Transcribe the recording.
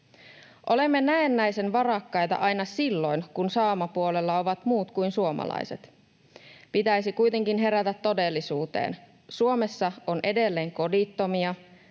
Olemme näennäisen varakkaita aina silloin, kun saamapuolella ovat muut kuin suomalaiset. Pitäisi kuitenkin herätä todellisuuteen. Suomessa on edelleen kodittomia,